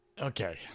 Okay